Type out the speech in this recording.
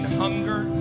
hunger